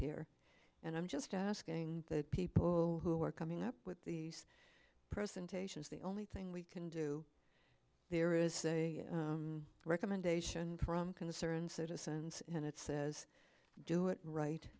here and i'm just asking the people who are coming up with these presentations the only thing we can do there is a recommendation from concerned citizens and it says do it right